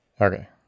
Okay